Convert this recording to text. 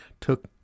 took